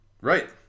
Right